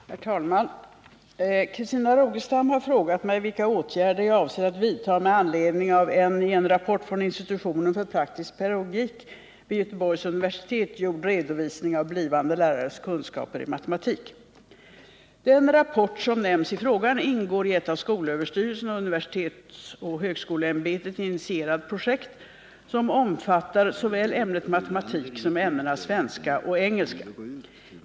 Herr talman! Christina Rogestam har frågat mig vilka åtgärder jag avser att vidta med anledning av en i en rapport från institutionen för praktisk pedagogik vid Göteborgs universitet gjord redovisning av blivande lärares kunskaper i matematik. Den rapport som nämns i frågan ingår i ett av skolöverstyrelsen och universitetsoch högskoleämbetet initierat projekt, som omfattar såväl ämnet matematik som ämnena svenska och engelska.